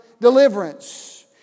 deliverance